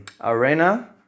arena